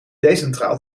decentraal